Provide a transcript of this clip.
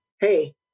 hey